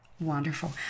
Wonderful